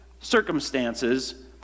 circumstances